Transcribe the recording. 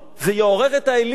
זה יעורר את האליטות,